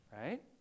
Right